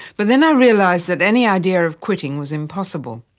but then i realised that any idea of quitting was impossible.